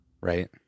right